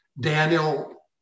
Daniel